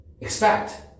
expect